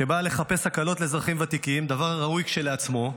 שבאה לחפש הקלות לאזרחים ותיקים דבר ראוי כשלעצמו.